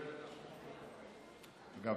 אגב,